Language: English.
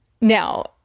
Now